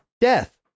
death